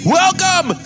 welcome